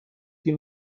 این